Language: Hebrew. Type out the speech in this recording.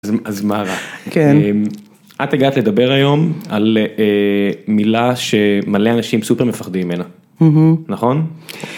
אז אז מה רע? כן, את הגעת לדבר היום על מילה שמלא אנשים סופר מפחדים ממנה. נכון?